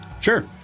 Sure